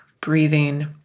breathing